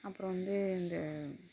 அப்புறம் வந்து இந்த